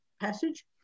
passage